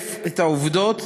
לסלף את העובדות,